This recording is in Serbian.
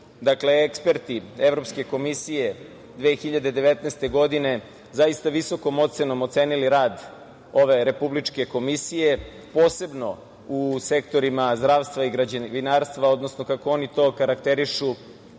dakle, eksperti Evropske komisije 2019. godine zaista visokom ocenom ocenili rad ove Republičke komisije, posebno u sektorima zdravstva i građevinarstva, odnosno kako oni to karakterišu